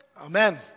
Amen